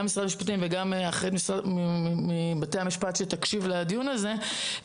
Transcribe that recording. גם משרד המשפטים וגם נציגת בתי המשפט שתקשיב לדיון הזה,